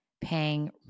paying